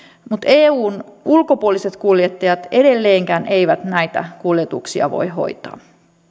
mutta eun ulkopuoliset kuljettajat edelleenkään eivät näitä kuljetuksia voi hoitaa